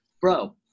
bro